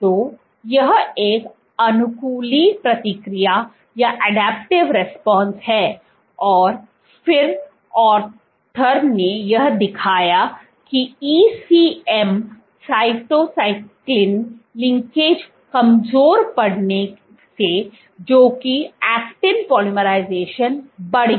तो यह एक अनुकूली प्रतिक्रिया है और फिर लेखकों ने यह दिखाया कि ECM साइटोस्केलेटन लिंकेज कमजोर पड़ने से जो की एक्टिन पोलीमराइजेशन बढ़ गया